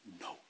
No